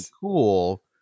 cool